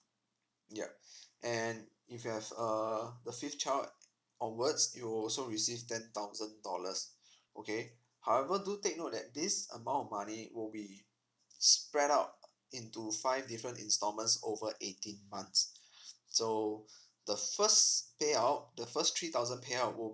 yup and if you have uh the fifth child onwards you'll also receive ten thousand dollars okay however do take note that this amount of money will be spread out into five different installments over eighteen months so the first payout the first three thousand payout will